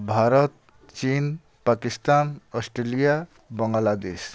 ଭାରତ ଚୀନ୍ ପାକିସ୍ତାନ ଅଷ୍ଟ୍ରେଲିଆ ବଙ୍ଗଲାଦେଶ୍